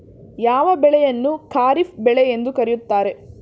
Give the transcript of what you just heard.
ಯಾವ ಬೆಳೆಯನ್ನು ಖಾರಿಫ್ ಬೆಳೆ ಎಂದು ಕರೆಯುತ್ತಾರೆ?